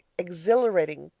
exhilarating,